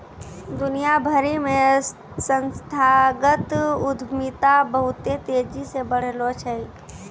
दुनिया भरि मे संस्थागत उद्यमिता बहुते तेजी से बढ़लो छै